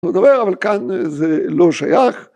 אבל כאן זה לא שייך